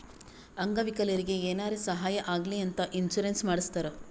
ಅಂಗ ವಿಕಲರಿಗಿ ಏನಾರೇ ಸಾಹಾಯ ಆಗ್ಲಿ ಅಂತ ಇನ್ಸೂರೆನ್ಸ್ ಮಾಡಸ್ತಾರ್